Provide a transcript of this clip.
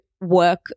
work